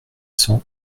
cent